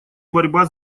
борьба